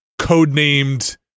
codenamed